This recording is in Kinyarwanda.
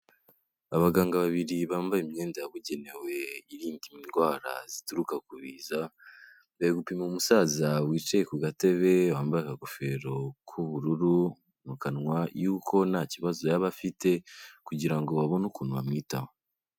Abaganga babiri bambaye imyenda yabugenewe irinda indwara zituruka ku biza, bari gupima umusaza wicaye ku gatebe wambaye akagofero k'ubururu mu kanwa y'uko nta kibazo yaba afite kugira ngo babone ukuntu bamwitaho.